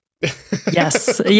Yes